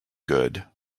good